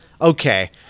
Okay